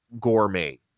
Gourmet